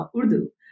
Urdu